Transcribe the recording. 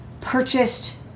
purchased